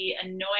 annoying